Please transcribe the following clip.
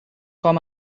com